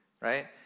right